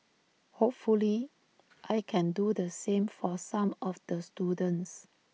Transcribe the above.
hopefully I can do the same for some of the students